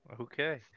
Okay